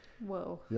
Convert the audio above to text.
Whoa